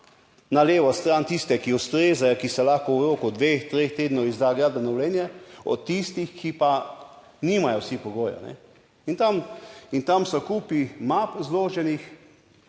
na levo stran, tiste, ki ustrezajo, ki se lahko v roku dveh, treh tednov izda gradbeno dovoljenje, od tistih, ki pa nimajo vsi pogoje. In tam **77. TRAK